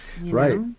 Right